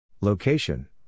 Location